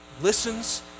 listens